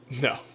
No